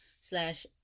slash